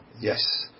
Yes